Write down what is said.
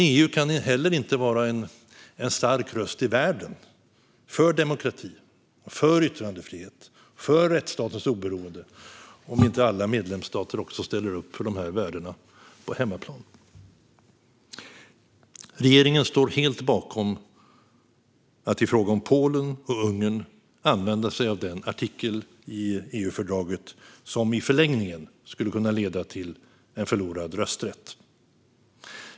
EU kan inte heller vara en stark röst i världen för demokrati, för yttrandefrihet och för rättsstatens oberoende om inte alla medlemsstater också ställer upp på dessa värden på hemmaplan. Regeringen står helt bakom att i fråga om Polen och Ungern använda sig av den artikel i EU-fördraget som i förlängningen skulle kunna leda till förlorad rösträtt.